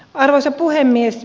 arvoisa puhemies